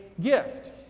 gift